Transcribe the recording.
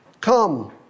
come